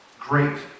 great